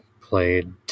played